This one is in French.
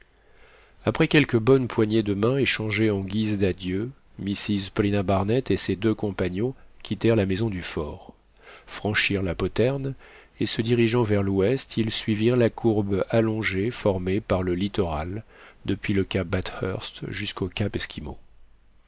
après quelques bonnes poignées de main échangées en guise d'adieu mrs paulina barnett et ses deux compagnons quittèrent la maison du fort franchirent la poterne et se dirigeant vers l'ouest ils suivirent la courbe allongée formée par le littoral depuis le cap bathurst jusqu'au cap